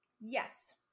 Yes